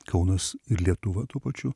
kaunas ir lietuva tuo pačiu